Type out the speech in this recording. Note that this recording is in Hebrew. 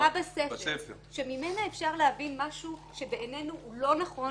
אמירה בספר שממנה אפשר להבין משהו שבעינינו הוא לא נכון,